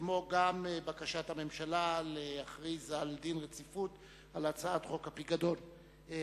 וגם בקשת הממשלה להחיל דין רציפות על הצעת חוק הפיקדון על בקבוקי משקה.